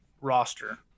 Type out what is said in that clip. roster